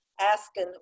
asking